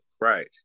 Right